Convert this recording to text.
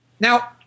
Now